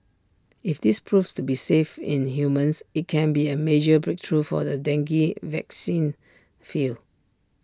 if this proves to be safe in humans IT can be A major breakthrough for the dengue vaccine field